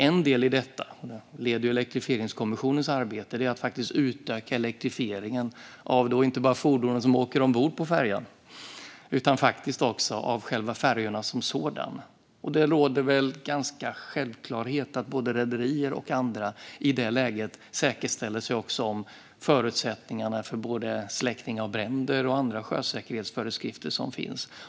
En del i detta - jag leder ju Elektrifieringskommissionens arbete - är att utöka elektrifieringen, inte bara av fordonen som åker ombord på färjan utan också av färjorna som sådana. Det är väl ganska självklart att både rederier och andra i det läget vet vilka förutsättningar för släckning av bränder som finns och att de använder de sjösäkerhetsföreskrifter som finns.